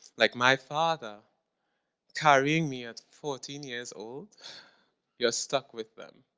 like my father carrying me at fourteen years old you're stuck with them.